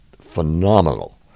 phenomenal